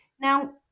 Now